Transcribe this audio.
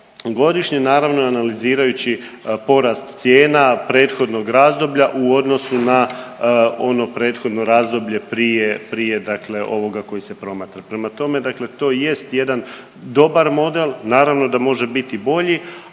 godišnje, naravno analizirajući porast cijena prethodnog razdoblja u odnosu na ono prethodno razdoblje prije ovoga koji se promatra. Prema tome, to jest jedan dobar model, naravno da može biti bolji,